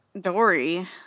Dory